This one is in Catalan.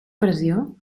pressió